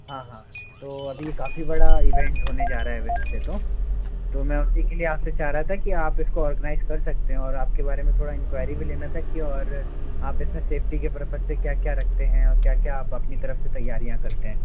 हाँ हाँ तो अभी काफ़ी बड़ा इवेंट होने जा रहा है वैसे तो तो मैं उसी के लिए आप से चाह रहा था कि आप इसको ऑर्गेनाइज़ कर सकते हो और आप के बारे में थोड़ा इंक्वायरी भी लेना था कि और आप इसमें सेफ्टी के पर्पस से क्या क्या रखते हैं और क्या क्या आप अपनी तरफ से तैयारियाँ करते हैं